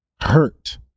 hurt